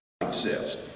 exist